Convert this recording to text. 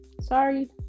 sorry